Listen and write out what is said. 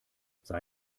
sei